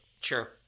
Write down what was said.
Sure